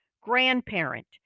grandparent